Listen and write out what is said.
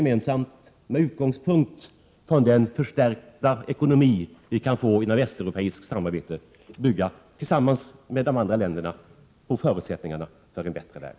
Med utgångspunkt i den förstärkta ekonomi vi kan få genom det västeuropeiska samarbetet skall vi tillsammans med de andra länderna bygga upp förutsättningar för en bättre värld.